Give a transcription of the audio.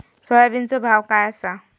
सोयाबीनचो भाव काय आसा?